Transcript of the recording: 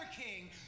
king